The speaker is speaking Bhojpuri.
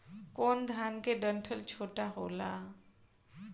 कौन धान के डंठल छोटा होला?